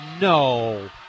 no